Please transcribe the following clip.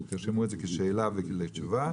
תרשמו את זה כשאלה ואני מבקש תשובה.